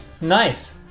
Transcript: Nice